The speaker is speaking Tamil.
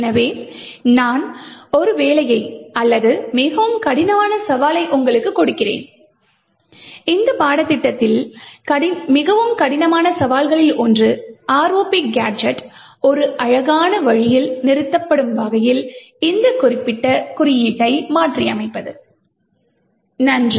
எனவே நான் ஒரு வேலையை அல்லது மிகவும் கடினமான சவாலை உங்களுக்கு கொடுக்கிறேன் இந்த பாடத்திட்டத்தில் மிகவும் கடினமான சவால்களில் ஒன்று ROP கேஜெட் ஒரு அழகான வழியில் நிறுத்தப்படும் வகையில் இந்த குறிப்பிட்ட குறியீட்டை மாற்றியமைப்பது நன்றி